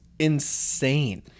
Insane